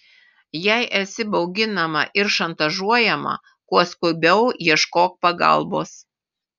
jei esi bauginama ir šantažuojama kuo skubiau ieškok pagalbos